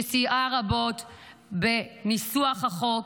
שסייעה רבות בניסוח החוק,